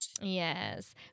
yes